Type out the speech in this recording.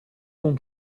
con